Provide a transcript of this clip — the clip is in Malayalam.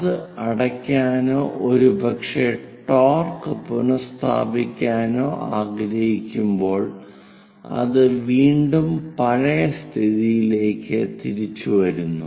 അത് അടയ്ക്കാനോ ഒരുപക്ഷേ ടോർക്ക് പുനസ്ഥാപിക്കാനോ ആഗ്രഹിക്കുമ്പോൾ അത് വീണ്ടും പഴയ സ്ഥിതിയിലേക്ക് തിരിച്ചു വരുന്നു